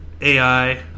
AI